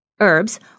herbs